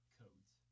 codes